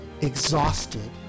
exhausted